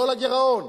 לא לגירעון,